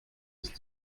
ist